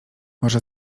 może